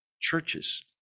churches